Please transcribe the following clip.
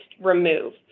remove